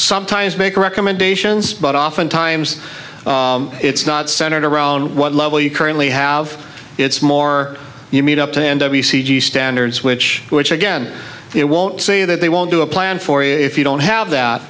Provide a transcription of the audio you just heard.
sometimes make recommendations but oftentimes it's not centered around what level you currently have it's more you meet up to handle b c g standards which which again it won't say that they won't do a plan for you if you don't have that